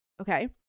Okay